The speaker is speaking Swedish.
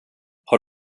har